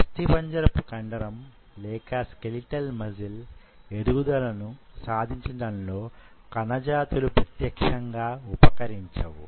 అస్థిపంజరంపు కండరం లేక skeletal muscle ఎదుగుదలను సాధించడంలో కణజాతులు ప్రత్యక్షంగా ఉపకరించవు